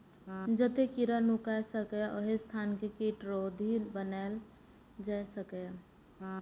जतय कीड़ा नुकाय सकैए, ओहि स्थान कें कीटरोधी बनाएल जा सकैए